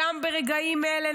גם ברגעים אלה,